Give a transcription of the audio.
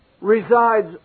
resides